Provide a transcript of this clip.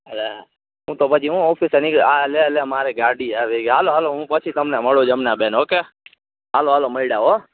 અલા હું તો પછી હું ઓફિસે નીક આ લે લે મારે ગાડી આવી હાલો હાલો હું પછી તમને મડું જમના બેન ઓકે હાલો હાલો મેડયા હો